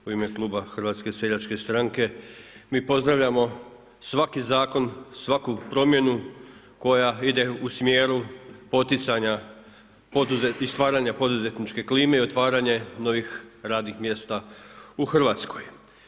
U ime kluba HSS-a mi pozdravljamo svaki zakon, svaku promjenu koja ide u smjeru poticanja i stvaranja poduzetničke klime i otvaranje novih radnih mjesta u Hrvatskoj.